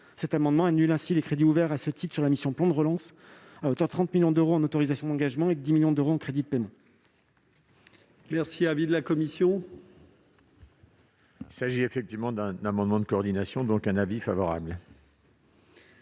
Cet amendement tend ainsi à annuler les crédits ouverts à ce titre sur la mission « Plan de relance » à hauteur de 30 millions d'euros en autorisations d'engagement et de 10 millions d'euros en crédits de paiement.